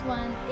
one